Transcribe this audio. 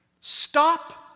Stop